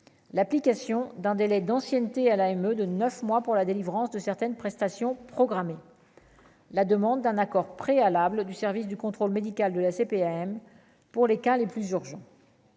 l'application d'un délai d'ancienneté à l'AME de 9 mois pour la délivrance de certaines prestations programmées, la demande d'un accord préalable du service du contrôle médical de la CPAM pour les cas les plus urgents.